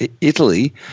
Italy